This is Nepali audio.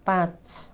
पाँच